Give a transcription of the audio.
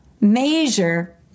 measure